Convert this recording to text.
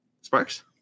sparks